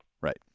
Right